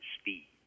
speed